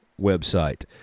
website